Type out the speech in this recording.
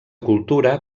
cultura